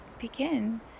begin